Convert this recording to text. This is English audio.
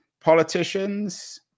politicians